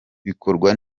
bikorwa